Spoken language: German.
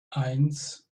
eins